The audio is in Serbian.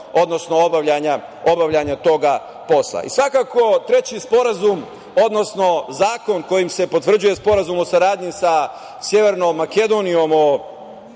odnosno obavljanja toga posla. Treći sporazum odnosno zakon kojim se potvrđuje Sporazum o saradnji sa Severnom Makedonijom